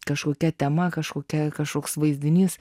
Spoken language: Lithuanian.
kažkokia tema kažkokia kažkoks vaizdinys